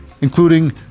including